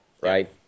right